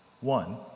One